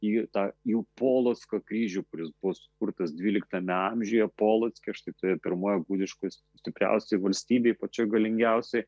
į tą jų polocko kryžių kuris buvo sukurtas dvyliktame amžiuje polocke šitoj pirmojoj gudiškoj tikriausiai valstybei pačiai galingiausiai